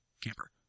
camper